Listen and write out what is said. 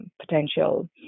potential